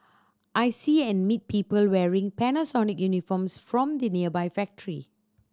I see and meet people wearing Panasonic uniforms from the nearby factory